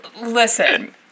Listen